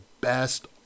best